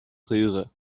röhre